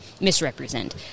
misrepresent